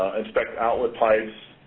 inspect outlet pipes.